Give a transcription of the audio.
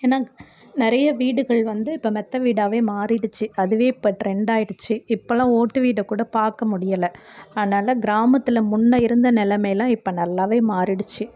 ஏன்னால் நிறைய வீடுகள் வந்து இப்போ மெத்த வீடாவே மாறிடுச்சு அதுவே இப்போ ட்ரெண்ட் ஆயிடுச்சு இப்போல்லாம் ஓட்டு வீடை கூட பார்க்க முடியலை அதனால கிராமத்தில் முன்ன இருந்த நிலைமைலாம் இப்போ நல்லாவே மாறிடுச்சு